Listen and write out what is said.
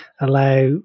allow